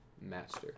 master